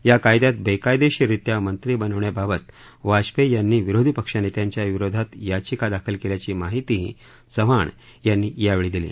या कायद्यात बेकायदेशीर रित्या मंत्री बनवण्याबाबत वाजपेयी यांनी विरोधी पक्षनेत्यांच्या विरोधात याचिका दाखल केल्याची माहितीही चव्हाण यांनी यावेळी दिली